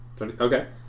Okay